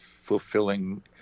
fulfilling